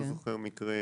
אני לא זוכר מקרה